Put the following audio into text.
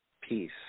Peace